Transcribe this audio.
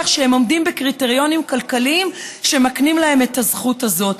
שהם עומדים בקריטריונים כלכליים שמקנים להם את הזכות הזאת.